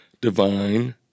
divine